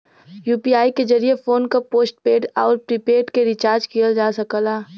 UPI के जरिये phone क पोस्टपेड आउर प्रीपेड के रिचार्ज किहल जा सकला